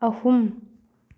ꯑꯍꯨꯝ